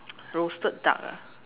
roasted duck ah